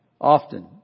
Often